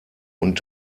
und